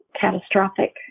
catastrophic